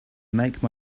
make